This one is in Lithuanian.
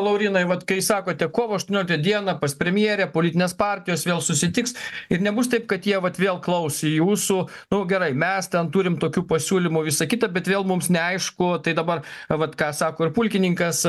laurynai vat kai sakote kovo aštuonioliktą dieną pas premjerę politinės partijos vėl susitiks ir nebus taip kad jie vat vėl klaus jūsų nu gerai mes ten turim tokių pasiūlymų visa kita bet vėl mums neaišku tai dabar vat ką sako ir pulkininkas